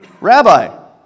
Rabbi